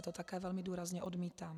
To také velmi důrazně odmítám.